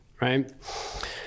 right